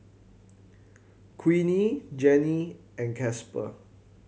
Queenie Janey and Casper